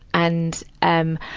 and, um,